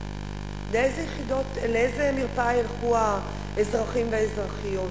לאיזה מרפאה ילכו האזרחים והאזרחיות?